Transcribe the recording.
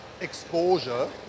exposure